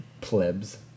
plebs